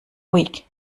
week